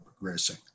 progressing